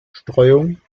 streuung